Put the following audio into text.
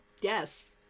yes